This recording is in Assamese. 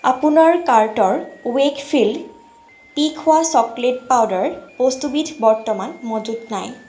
আপোনাৰ কাৰ্টৰ ৱেইকফিল্ড পি খোৱা চকলেট পাউদাৰ বস্তুবিধ বৰ্তমান মজুত নাই